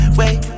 wait